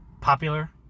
popular